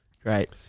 Great